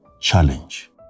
challenge